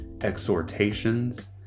exhortations